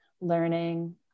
learning